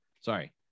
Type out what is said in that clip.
sorry